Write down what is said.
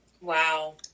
Wow